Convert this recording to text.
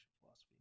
philosophy